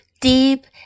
deep